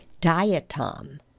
Diatom